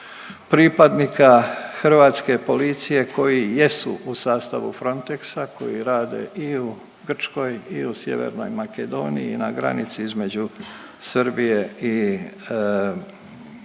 pripadnika hrvatske policije koji jesu u sastavu Frontexa koji rade i u Grčkoj i u Sjevernoj Makedoniji, na granici između Srbije i Bugarske,